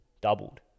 doubled